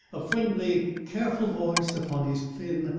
a friendly, careful voice upon his thin,